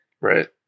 Right